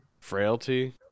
Frailty